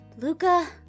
Luca